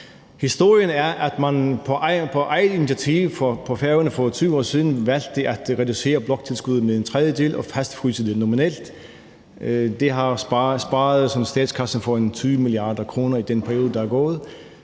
Historien er, at man på Færøerne på eget initiativ for 20 år siden valgte at reducere bloktilskuddet med en tredjedel og fastfryse det nominelt, og det har jo sparet statskassen for ca. 20 mia. kr. i den periode, der er gået.